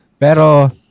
Pero